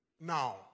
Now